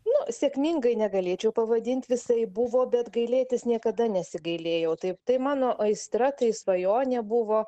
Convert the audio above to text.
nu sėkmingai negalėčiau pavadint visaip buvo bet gailėtis niekada nesigailėjau taip tai mano aistra tai svajonė buvo